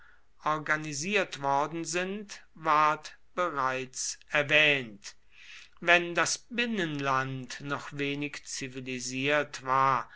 organisiert worden sind ward bereits erwähnt wenn das binnenland noch wenig zivilisiert war